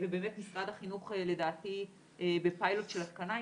באמת משרד החינוך לדעתי בפיילוט של התקנה.